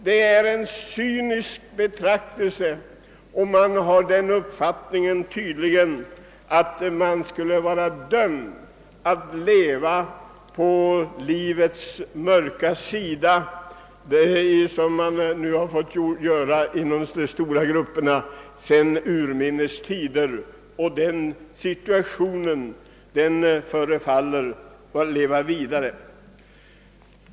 Det är ett cyniskt betraktelsesätt som utskottet anlägger, och man har tydligen den uppfattningen att dessa stora låglönegrupper är dömda att leva på livets skuggsida på samma sätt som de har gjort sedan urminnes tider och att det inte kommer att ske någon ändring av den situationen.